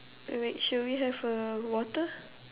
alright shall we have a water